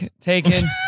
Taken